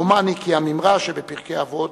דומני כי המימרה בפרקי אבות